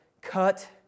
cut